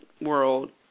world